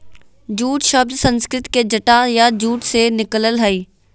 jute शब्द संस्कृत के जटा या जूट से निकलल हइ